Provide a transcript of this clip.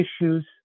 issues